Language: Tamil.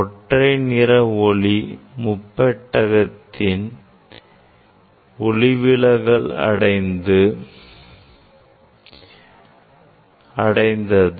ஒற்றை நிற ஒளி முப்பெட்டகத்தில் ஒளிவிலகல் அடைந்தது